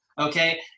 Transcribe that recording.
Okay